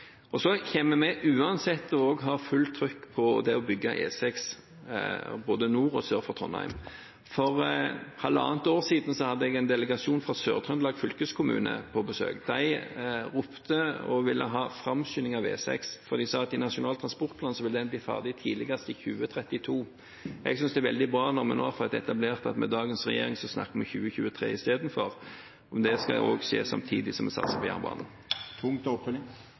Så kommer vi uansett også til å ha fullt trykk på det å bygge E6 både nord og sør for Trondheim. For halvannet år siden hadde jeg en delegasjon fra Sør-Trøndelag fylkeskommune på besøk. De ropte og ville ha framskynding av E6, for de sa at ifølge Nasjonal transportplan ville den bli ferdig tidligst i 2032. Jeg synes det er veldig bra at vi med dagens regjering snakker om 2023 istedenfor, og det skal også skje samtidig som vi satser på